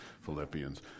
Philippians